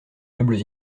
meubles